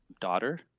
daughter